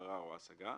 הערר או ההשגה,